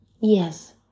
Yes